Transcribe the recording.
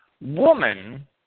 woman